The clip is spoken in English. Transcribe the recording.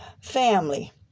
Family